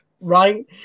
Right